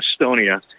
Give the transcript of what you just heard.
estonia